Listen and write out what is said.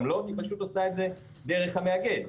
היא פשוט עושה את זה דרך המאגד.